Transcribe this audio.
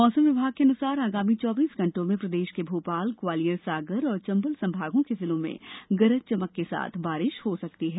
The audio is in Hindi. मौसम विभाग के अनुसार आगामी चौबीस घंटों में प्रदेश के भोपाल ग्वालियर सागर और चंबल संभागों के जिलों में गरज चमक के साथ बारिश हो सकती है